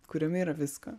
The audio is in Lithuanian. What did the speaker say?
kuriame yra visko